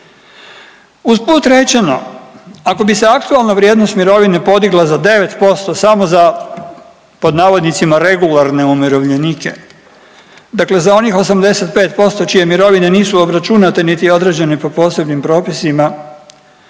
Usput rečeno ako bi se aktualna vrijednost mirovine podigla za 9% samo za pod navodnicima regularne umirovljenike, dakle za onih 85% čije mirovine nisu obračunate niti određene po posebnim propisima